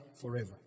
forever